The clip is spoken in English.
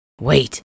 Wait